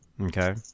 Okay